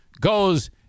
goes